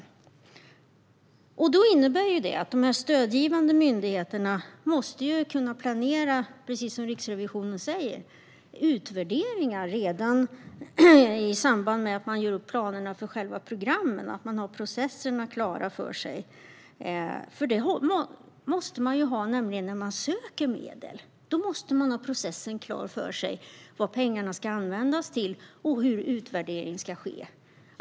Precis som Riksrevisionen säger innebär detta att de stödgivande myndigheterna måste kunna planera utvärderingar redan i samband med att de gör upp planerna för själva programmen och har processerna klara för sig. Detta måste ju den som söker medel veta: Man måste ha processen klar för sig, veta vad pengarna ska användas till och hur utvärdering ska ske.